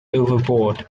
overboard